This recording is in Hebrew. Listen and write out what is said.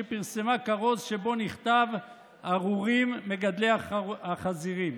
שפרסמה כרוז שבו נכתב "ארורים מגדלי החזירים".